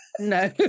no